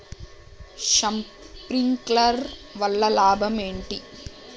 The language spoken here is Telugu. శప్రింక్లర్ వల్ల లాభం ఏంటి?